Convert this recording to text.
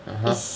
(uh huh)